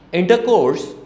intercourse